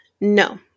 No